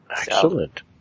Excellent